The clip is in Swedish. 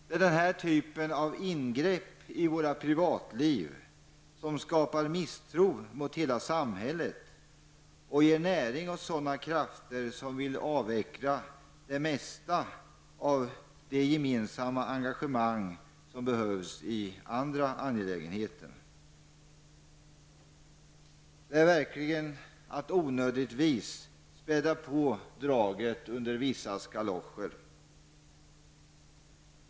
Det är den här typen av ingrepp i våra privatliv som skapar misstro mot hela samhället och ger näring åt sådana krafter som vill avveckla det mesta av det gemensamma engagemang som behövs i andra angelägenheter. Det är verkligen att onödigtvis späda på draget under vissas galoscher.